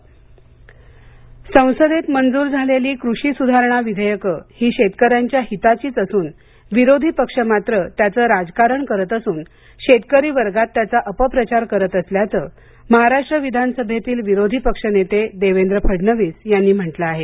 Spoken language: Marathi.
फडणवीस शेतकरी विधेयक संसदेत मंजूर झालेली कृषी सुधारणा विधेयकं ही शेतकऱ्यांच्या हिताचीच असून विरोधी पक्ष मात्र त्याचं राजकारण करत असून शेतकरी वर्गात त्याचा अपप्रचार करत असल्याचं महाराष्ट्र विधानसभेतील विरोधी पक्ष नेते देवेंद्र फडणवीस यांनी म्हंटलं आहे